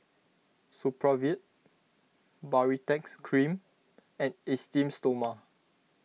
Supravit Baritex Cream and Esteem Stoma